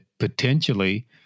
potentially